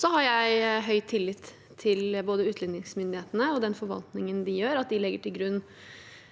Jeg har høy tillit til utlendingsmyndighetene og forvaltningen de gjør, at de legger til grunn